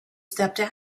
stepped